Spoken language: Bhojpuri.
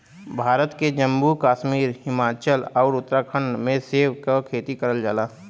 भारत के जम्मू कश्मीर, हिमाचल आउर उत्तराखंड में सेब के खेती करल जाला